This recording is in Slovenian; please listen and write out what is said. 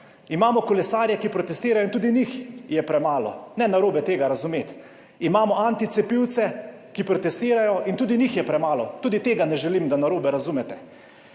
Imamo kolesarje, ki protestirajo in tudi njih je premalo, ne narobe tega razumeti. Imamo anticepilce, ki protestirajo in tudi njih je premalo, tudi tega ne želim, da narobe razumete.